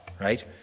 right